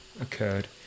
occurred